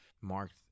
marked